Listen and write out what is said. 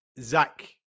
Zach